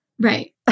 Right